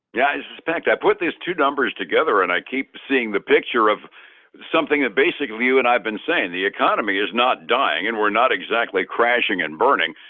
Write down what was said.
yeah, i suspect i put these two numbers together and i keep seeing the picture of something that basically you and i've been saying the economy is not dying and we're not exactly crashing and burning.